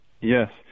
Yes